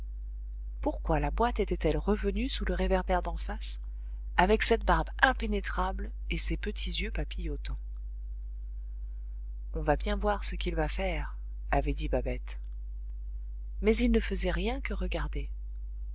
pourquoi la boîte était-elle revenue sous le réverbère d'en face avec cette barbe impénétrable et ces petits yeux papillotants on va bien voir ce qu'il va faire avait dit babette mais il ne faisait rien que regarder